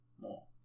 more